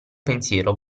pensiero